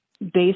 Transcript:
Based